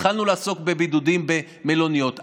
התחלנו לעסוק בבידודים במלוניות.